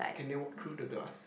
can they walk through the glass